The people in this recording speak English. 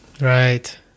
Right